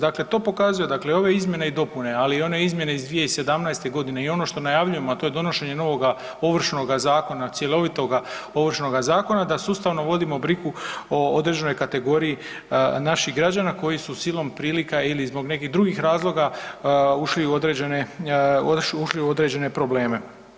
Dakle, to pokazuje, dakle ove izmjene i dopune, ali i one izmjene iz 2017. godine i ono što najavljujemo, a to je donošenje novoga Ovršnoga zakona cjelovitoga Ovršnoga zakona da sustavno vodimo brigu o određenoj kategoriji naših građana koji su silom prilika ili zbog nekih drugih razloga ušli u određene, ušli u određene probleme.